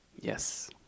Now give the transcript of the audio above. Yes